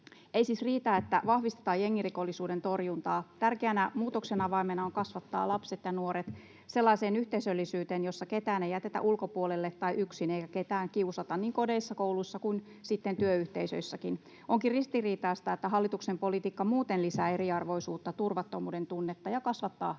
Ei siis riitä, että vahvistetaan jengirikollisuuden torjuntaa. Tärkeänä muutoksen avaimena on kasvattaa lapset ja nuoret sellaiseen yhteisöllisyyteen, jossa ketään ei jätetä ulkopuolelle tai yksin eikä ketään kiusata niin kodeissa, kouluissa kuin sitten työyhteisöissäkään. Onkin ristiriitaista, että hallituksen politiikka muuten lisää eriarvoisuutta, turvattomuuden tunnetta ja kasvattaa